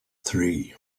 three